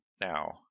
now